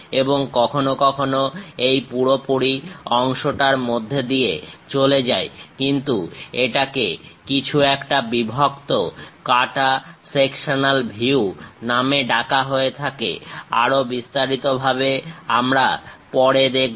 এবং কখনো কখনো এটা পুরোপুরি অংশটার মধ্যে দিয়ে চলে যায় কিন্তু এটাকে কিছু একটা বিভক্ত কাটা সেকশনাল ভিউ নামে ডাকা হয়ে থাকে আরো বিস্তারিত ভাবে আমরা পরে দেখব